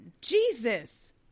Jesus